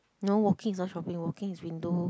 no walking is not shopping walking is window